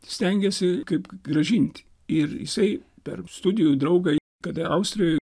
stengiasi kaip grąžinti ir jisai per studijų draugą kada austrijoj